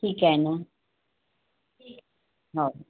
ठीक आहे मग हो